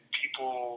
people